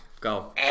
Go